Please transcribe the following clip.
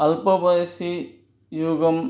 अल्पवयसि योगः